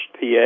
PA